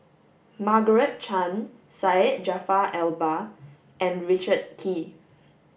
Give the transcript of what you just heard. Margaret Chan Syed Jaafar Albar and Richard Kee